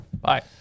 bye